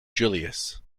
julius